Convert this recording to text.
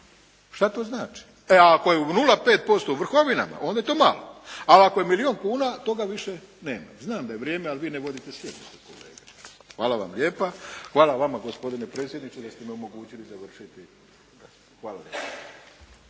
Šta to znači? Te ako je 0,5% u Vrhovinama onda je to malo, ali ako je milijun kuna toga više nema. Znam da je vrijeme, ali vi ne vodite sjednicu kolega. Hvala vam lijepa. Hvala vama gospodine predsjedniče da ste mi omogućili dovršiti.